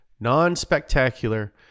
non-spectacular